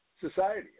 society